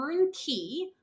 turnkey